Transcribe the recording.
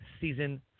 Season